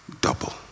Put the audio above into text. double